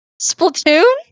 Splatoon